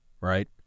right